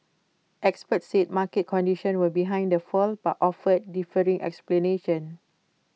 experts said market conditions were behind the fall but offered differing explanations